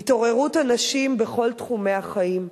התעוררות הנשים, בכל תחומי החיים.